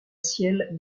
ciel